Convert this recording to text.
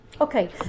Okay